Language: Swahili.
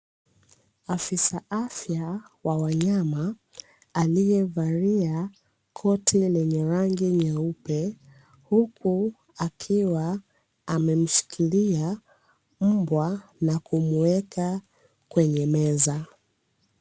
Afisa afya wa wanyama aliyevalia koti lenye rangi nyeupe, huku akiwa amemshikilia mbwa na kumuweka kwenye meza.